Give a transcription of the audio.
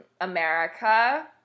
America